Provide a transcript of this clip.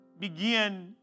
begin